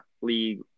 League